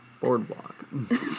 Boardwalk